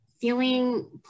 feeling